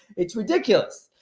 it's ridiculous.